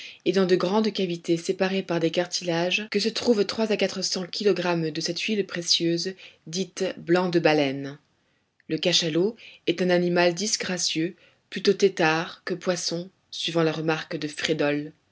et dans de grandes cavités séparées par des cartilages que se trouvent trois à quatre cents kilogrammes de cette huile précieuse dite blanc de baleine le cachalot est un animal disgracieux plutôt têtard que poisson suivant la remarque de frédol